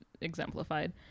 exemplified